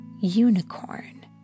unicorn